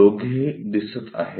दोघेही दिसत आहेत